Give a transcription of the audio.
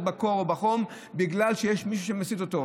להיות בקור או בחום בגלל שיש מישהו שמסית אותו.